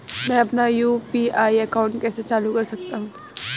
मैं अपना UPI account कैसे चालू कर सकता हूँ?